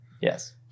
Yes